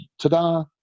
ta-da